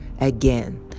again